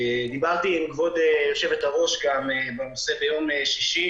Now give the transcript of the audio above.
דיברתי עם כבוד היושב ראש ביום שישי